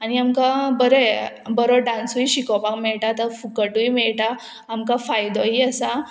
आनी आमकां बरें बरो डांसूय शिकोवपाक मेळटा तो फुकटूय मेळटा आमकां फायदोय आसा